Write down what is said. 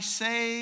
say